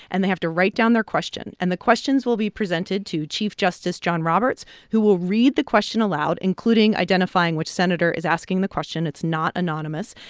and they have to write down their question. and the questions will be presented to chief justice john roberts, who will read the question aloud, including identifying which senator is asking the question. it's not anonymous.